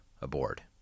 aboard